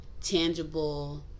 tangible